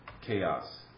chaos